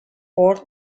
port